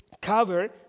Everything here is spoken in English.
cover